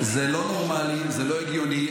זה לא נורמלי, זה לא הגיוני.